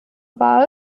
war